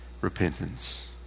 repentance